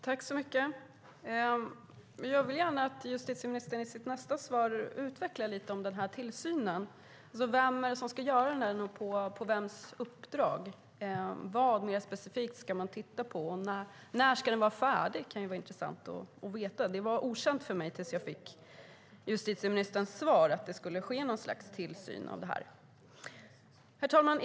Herr talman! Jag vill gärna att justitieministern i sitt nästa svar utvecklar lite om tillsynen. Vem är det som ska göra den, och på vems uppdrag? Vad mer specifikt ska man titta på? När ska den vara färdig? Det kan vara intressant att veta. Det var okänt för mig tills jag fick justitieministerns svar att det skulle ske något slags tillsyn av det här. Herr talman!